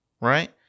right